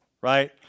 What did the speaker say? right